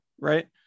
right